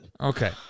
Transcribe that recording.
Okay